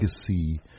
Legacy